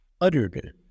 uttered